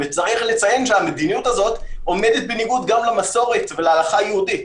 צריך לציין שהמדיניות הזאת עומדת בניגוד גם למסורת ולהלכה היהודית.